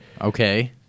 Okay